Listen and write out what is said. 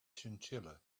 chinchilla